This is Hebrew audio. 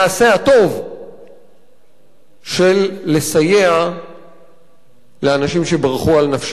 הטוב של לסייע לאנשים שברחו על נפשם.